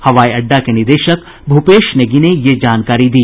हवाई अड्डा के निदेशक भूपेश नेगी ने यह जानकारी दी